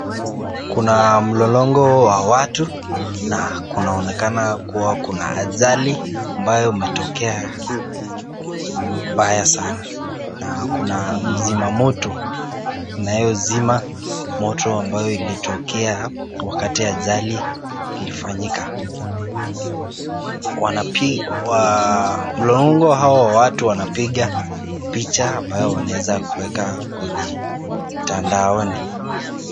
Kuna mlolongo wa watu na kunaonekana kuwa kuna ajali ambayo imetokea mbaya sana na kuna mzimamoto anayezima moto ambayo ilitokea wakati ajali ilifanyika. Mlolongo wa hawa watu wanapiga picha ambayo wanaweza kuweka kwenye mtadaoni.